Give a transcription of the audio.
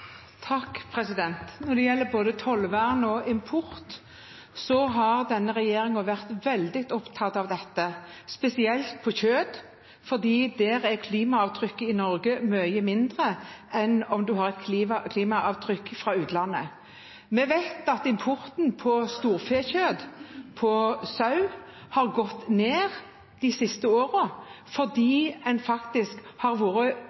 Når det gjelder både tollvern og import, har denne regjeringen vært veldig opptatt av det, spesielt på kjøtt, for der er klimaavtrykket i Norge mye mindre enn klimaavtrykket fra utlandet. Vi vet at importen av storfekjøtt og sau har gått ned de siste årene fordi en faktisk har vært